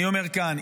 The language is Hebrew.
אני אומר כאן,